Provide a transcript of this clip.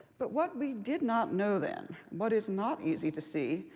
but what we did not know then, what is not easy to see,